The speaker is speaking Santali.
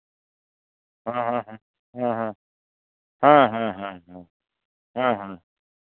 ᱦᱮᱸ ᱦᱮᱸ ᱦᱮᱸ ᱦᱮᱸ ᱦᱮᱸ ᱦᱮ ᱦᱮᱸ ᱦᱮᱸ ᱦᱮᱸ ᱦᱮᱸ